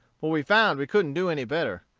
for we found we couldn't do any better.